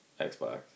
Xbox